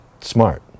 smart